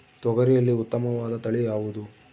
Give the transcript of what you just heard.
ತೊಗರಿಯಲ್ಲಿ ಉತ್ತಮವಾದ ತಳಿ ಯಾವುದು?